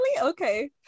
Okay